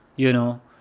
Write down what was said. you know?